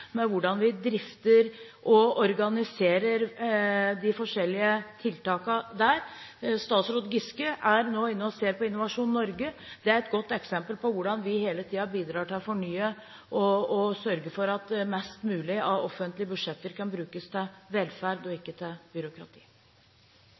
hvordan vi drifter og organiserer de forskjellige tiltakene der. Statsråd Giske ser nå på Innovasjon Norge. Det er et godt eksempel på hvordan vi hele tiden bidrar til å fornye, og sørge for at flest mulig offentlige budsjetter kan brukes til velferd og